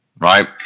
Right